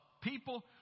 people